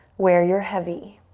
where you're heavy,